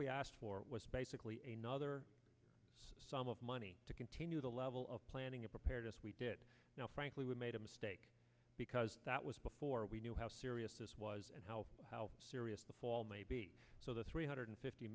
we asked for was basically a nother sum of money to continue the level of planning it prepared us we did it now frankly we made a mistake because that was before we knew how serious this was and how how serious the fall may be so the three hundred fifty